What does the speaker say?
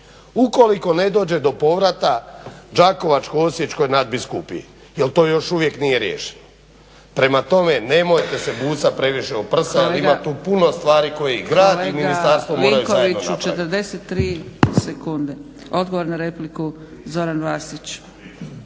Ukoliko ne dođe do povratka Đakovačko-osječkoj nadbiskupiji jer to još uvije nije riješeno. Prema tome nemojte se busati previše u prsa ima tu puno stvari koji grad i ministarstvo moraju zajedno napraviti.